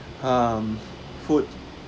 um food